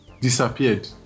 disappeared